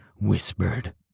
whispered